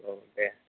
औ दे